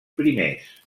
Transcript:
primers